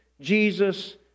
Jesus